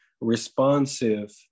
responsive